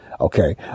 Okay